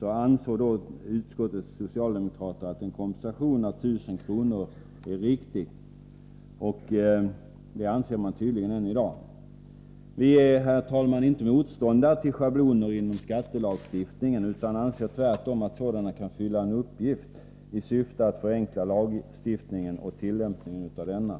kr. ansåg tydligen utskottets socialdemokrater att en kompensation på 1 000 kr. är riktig, och det anser de tydligen än i dag. Vi är, herr talman, inte motståndare till schabloner inom skattelagstiftningen utan anser tvärtom att sådana kan fylla en uppgift i syfte att förenkla lagstiftningen och tillämpningen av denna.